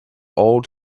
old